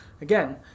Again